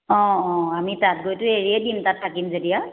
অঁ অঁ আমি তাত গৈতো এৰি দিম তাত থাকিম যেতিয়া